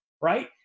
right